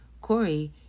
Corey